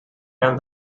around